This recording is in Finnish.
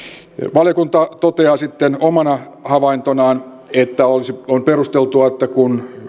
valiokunta toteaa omana havaintonaan että on perusteltua että kun